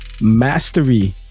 mastery